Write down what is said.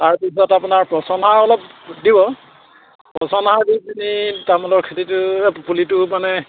তাৰপিছত আপোনাৰ পচন সাৰ অলপ দিব পচন সাৰ দি পিনি তামোলৰ খেতিটো পুলিটো মানে